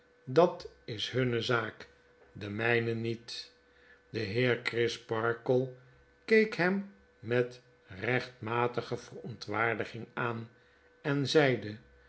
dat is hunne zaak de myne niet de heer crisparkle keek hem met rechtmatige verontwaardiging aan en zeide